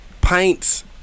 pints